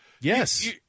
Yes